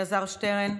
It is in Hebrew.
חבר הכנסת אלעזר שטרן,